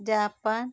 Japan